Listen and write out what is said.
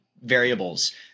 variables